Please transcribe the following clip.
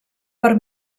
per